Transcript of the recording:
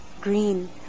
green